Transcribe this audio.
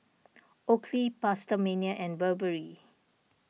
Oakley PastaMania and Burberry